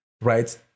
right